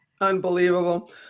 Unbelievable